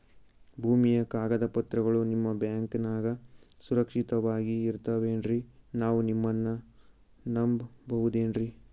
ಭೂಮಿಯ ಕಾಗದ ಪತ್ರಗಳು ನಿಮ್ಮ ಬ್ಯಾಂಕನಾಗ ಸುರಕ್ಷಿತವಾಗಿ ಇರತಾವೇನ್ರಿ ನಾವು ನಿಮ್ಮನ್ನ ನಮ್ ಬಬಹುದೇನ್ರಿ?